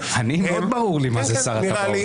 -- מאוד ברור לי מה זה שר הטבעות.